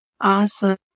Awesome